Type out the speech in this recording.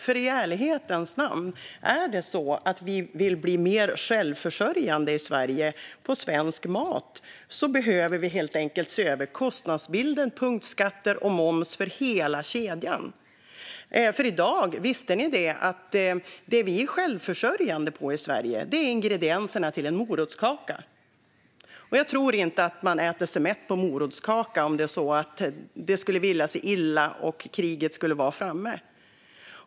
Om vi i ärlighetens namn vill bli mer självförsörjande i Sverige på svensk mat behöver vi helt enkelt se över kostnadsbilden, punktskatter och moms för hela kedjan. Visste ni att det vi i dag är självförsörjande på i Sverige är ingredienserna till en morotskaka? Jag tror inte att man äter sig mätt på morotskaka om det skulle vilja sig illa och kriget skulle vara framme.